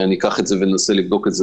אני אקח ואנסה לבדוק את זה,